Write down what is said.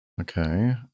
Okay